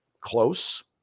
close